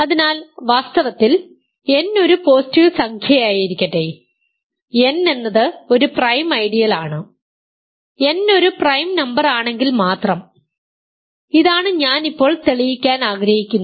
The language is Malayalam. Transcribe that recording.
അതിനാൽ വാസ്തവത്തിൽ n ഒരു പോസിറ്റീവ് സംഖ്യയായിരിക്കട്ടെ n എന്നത് ഒരു പ്രൈം ഐഡിയൽ ആണ് n ഒരു പ്രൈം നമ്പറാണെങ്കിൽ മാത്രം ഇതാണ് ഞാൻ ഇപ്പോൾ തെളിയിക്കാൻ ആഗ്രഹിക്കുന്നത്